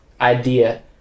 idea